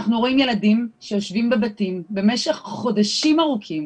אנחנו רואים ילדים שיושבים בבתים במשך חודשים ארוכים